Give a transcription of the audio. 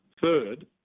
third